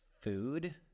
food